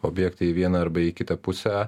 objektai į vieną arba į kitą pusę